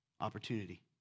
Opportunity